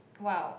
!wow!